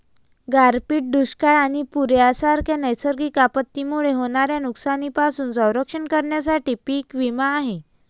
गारपीट, दुष्काळ आणि पूर यांसारख्या नैसर्गिक आपत्तींमुळे होणाऱ्या नुकसानीपासून संरक्षण करण्यासाठी पीक विमा आहे